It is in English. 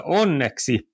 onneksi